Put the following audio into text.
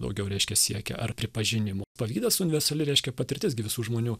daugiau reiškia siekia ar pripažinimo pavydas universali reiškia patirtis gi visų žmonių